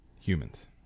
Humans